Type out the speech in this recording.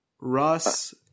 Russ